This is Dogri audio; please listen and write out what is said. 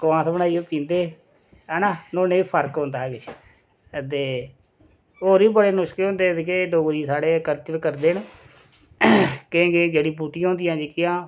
कोआंथ बनाइयै पींदे हैना नुहाड़े ने बी फर्क पौंदा हा किश अदे होर बी बड़े नुस्के होंदे जेह्के डोगरी साढ़े कल्चर करदे न केईं केईं जड़ी बूटियां होंदियां जेह्कियां